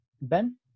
Ben